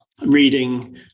reading